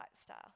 style